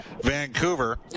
Vancouver